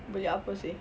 beli apa seh